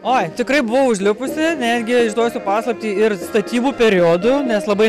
oi tikrai buvau užlipusi netgi išduosiu paslaptį ir statybų periodu nes labai